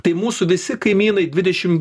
tai mūsų visi kaimynai dvidešim